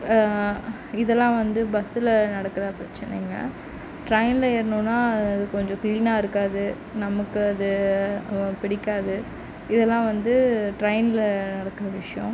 இதெலாம் வந்து பஸ்ஸில் நடக்கிற பிரச்சினைங்க ட்ரெயினில் ஏறினோம்னா கொஞ்சம் க்ளீனாக இருக்காது நமக்கு அது பிடிக்காது இதெலாம் வந்து ட்ரெயினில் நடக்கிற விஷயம்